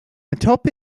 atop